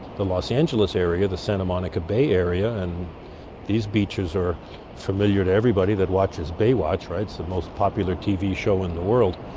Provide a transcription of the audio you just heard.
the los angeles area, the santa monica bay area and these beaches are familiar to everybody that watches baywatch, right, so the most popular tv show in the world.